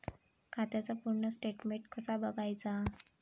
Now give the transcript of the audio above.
खात्याचा पूर्ण स्टेटमेट कसा बगायचा?